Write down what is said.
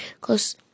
Cause